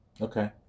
Okay